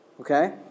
Okay